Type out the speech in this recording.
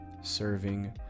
serving